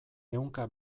ehunka